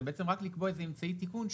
אלא רק לקבוע אמצעי תיקון,